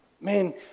Man